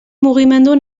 mugimendu